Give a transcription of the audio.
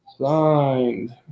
Signed